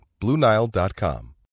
BlueNile.com